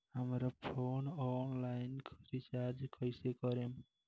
हमार phone online recharge कईसे करेम?